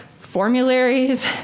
formularies